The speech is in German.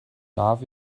darf